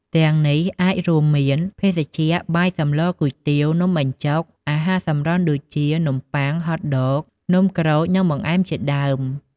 ទាំងនេះអាចរួមមាន ភេសជ្ជៈ បាយ សម្ល គុយទាវ នំបញ្ចុក អាហារសម្រន់ ដូចជា នំបុ័ង ហតដក នំក្រូច និងបង្អែមជាដើម។